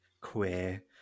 queer